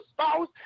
spouse